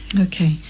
Okay